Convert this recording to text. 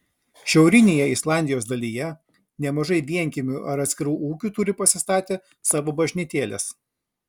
šiaurinėje islandijos dalyje nemažai vienkiemių ar atskirų ūkių turi pasistatę savo bažnytėles